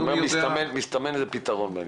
מסתמן איזה פתרון בעניין?